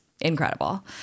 incredible